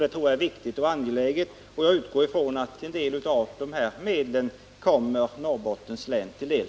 Det tror jag är riktigt och angeläget, och jag utgår från att en del av dessa medel kommer Norrbottens län till del.